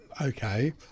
okay